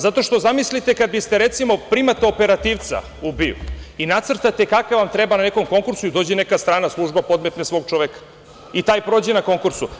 Zato što zamislite kada biste recimo primali operativca u BIA i nacrtate kakav vam treba na nekom konkursu i dođe neka strana služba i podmetne svog čoveka i taj prođe na konkursu.